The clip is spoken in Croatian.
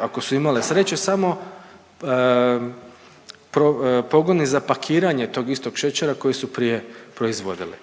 ako su imale sreće samo pogoni za pakiranje tog istog šećera koji su prije proizvodili.